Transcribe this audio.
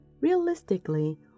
Realistically